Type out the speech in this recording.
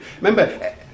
Remember